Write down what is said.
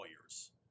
lawyers